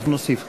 אנחנו נוסיף,